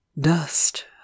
dust